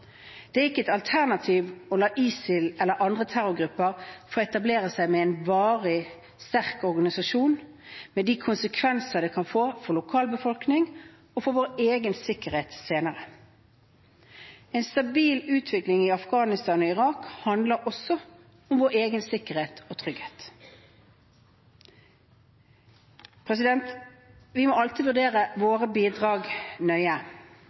Det er ikke et alternativ å la ISIL eller andre terrorgrupper får etablere seg varig med en sterk organisasjon med de konsekvenser det kan få for lokalbefolkningen – og for vår egen sikkerhet senere. En stabil utvikling i Afghanistan og Irak handler også om vår egen sikkerhet og trygghet. Vi må alltid vurdere våre bidrag nøye,